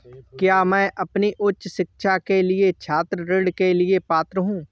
क्या मैं अपनी उच्च शिक्षा के लिए छात्र ऋण के लिए पात्र हूँ?